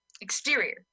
Exterior